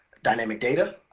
dynamic data,